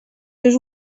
seus